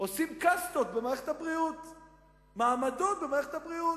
עושים קסטות, מעמדות, במערכת הבריאות: